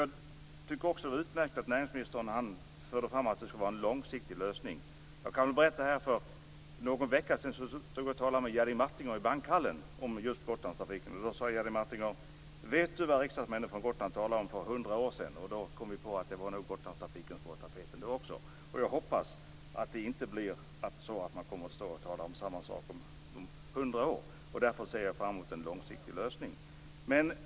Jag tycker att det var utmärkt att näringsministern förde fram att det skulle vara en långsiktig lösning. Jag kan berätta att jag för någon vecka sedan stod och talade med Jerry Martinger i bankhallen om just Gotlandstrafiken. Då sade Jerry Martinger: Vet du vad riksdagsmännen från Gotland talade om för hundra år sedan? Då kom vi på att det nog var Gotlandstrafiken som var på tapeten då också. Men jag hoppas att man inte kommer att stå och tala om samma sak om hundra år. Därför ser jag fram emot en långsiktig lösning.